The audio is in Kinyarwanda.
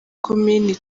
komini